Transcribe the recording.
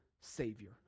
Savior